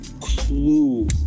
clue